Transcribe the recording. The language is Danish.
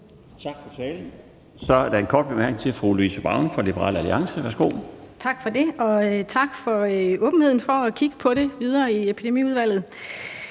Tak for talen. Så er der en kort bemærkning til fru Louise Brown fra Liberal Alliance. Værsgo. Kl. 15:40 Louise Brown (LA): Tak for det, og tak for åbenheden for at kigge videre på det i Epidemiudvalget.